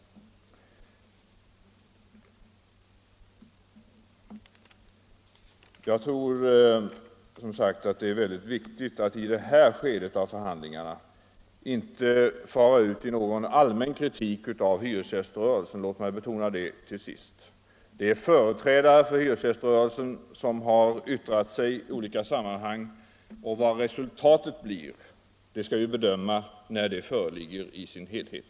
Jag tror att det är mycket viktigt att i det här skedet av förhandlingarna inte föra ut någon allmän kritik av hyresgäströrelsen. Låt mig betona det till sist. Det är företrädare för hyresgäströrelsen som yttrat sig i olika sammanhang, och vad resultatet blir skall bedömas när det föreligger i sin helhet.